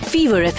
Fever